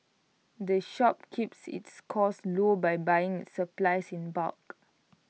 the shop keeps its costs low by buying its supplies in bulk